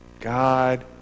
God